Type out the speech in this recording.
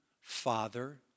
father